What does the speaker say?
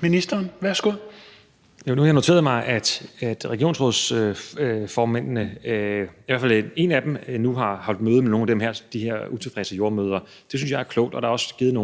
Heunicke): Nu har jeg noteret mig, at regionsrådsformændene, i hvert fald en af dem, nu har holdt møde med nogle af de her utilfredse jordemødre. Det synes jeg er klogt. Og der er også anvist